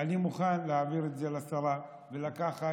אני מוכן להעביר את זה לשרה ולקחת